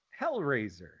Hellraiser